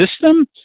system